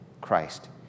Christ